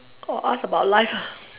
oh ask about life ah